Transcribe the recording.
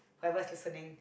whoever's listening